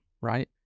right